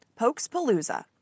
Pokespalooza